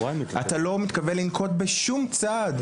אתה לא מתכוון לנקוט בשום צעד,